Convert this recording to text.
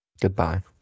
Goodbye